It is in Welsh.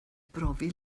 brofi